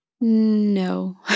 No